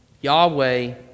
Yahweh